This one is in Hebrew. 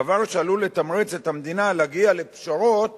דבר שעלול לתמרץ את המדינה להגיע לפשרות